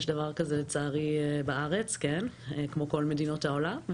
יש דבר כזה לצערי בארץ, כן, כמו כל מדינות העולם.